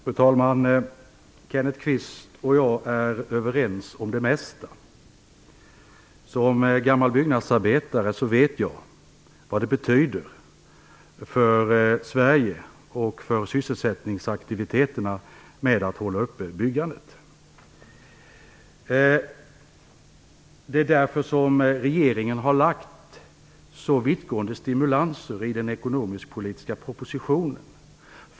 Fru talman! Kenneth Kvist och jag är överens om det mesta. Som gammal byggnadsarbetare vet jag vad det betyder för Sverige och för sysselsättningsaktiviteterna att man håller uppe byggandet. Det är därför regeringen lägger fram förslag om så vittgående stimulanser i den ekonomisk-politiska propositionen.